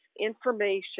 information